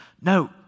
No